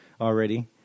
already